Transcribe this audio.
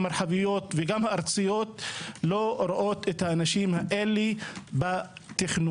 המרחביות וגם הארציות לא רואות את האנשים האלה בתכנון.